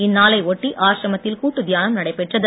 இந்நாளை ஒட்டி ஆசிரமத்தில் கூட்டு தியானம் நடைபெற்றது